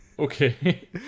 Okay